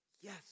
yes